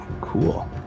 cool